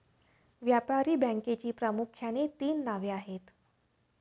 व्यापारी बँकेची प्रामुख्याने तीन नावे आहेत